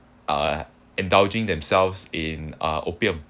uh indulging themselves in uh opium